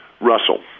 Russell